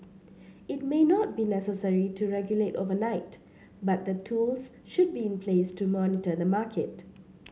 it may not be necessary to regulate overnight but the tools should be in place to monitor the market